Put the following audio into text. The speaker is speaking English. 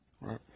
Right